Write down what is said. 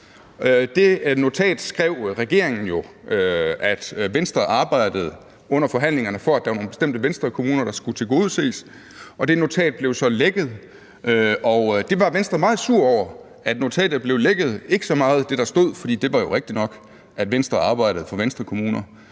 et notat, at Venstre under forhandlingerne arbejdede for, at der var nogle bestemte Venstrekommuner, der skulle tilgodeses, og det notat blev så lækket, og Venstre blev meget sure over, at notatet blev lækket – ikke så meget på grund af det, der stod, for det var jo rigtigt nok, at Venstre arbejdede for Venstrekommunerne,